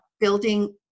building